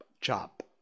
chop